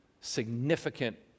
significant